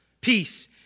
Peace